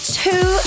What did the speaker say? two